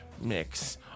mix